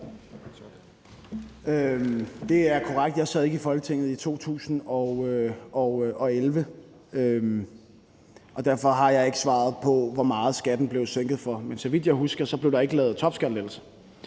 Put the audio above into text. Det er korrekt. Jeg sad ikke i Folketinget i 2011, og derfor har jeg ikke svaret på, hvor meget skatten blev sænket, men så vidt jeg husker, blev der ikke givet topskattelettelser.